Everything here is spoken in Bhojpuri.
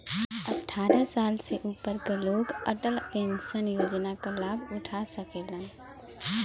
अट्ठारह साल से ऊपर क लोग अटल पेंशन योजना क लाभ उठा सकलन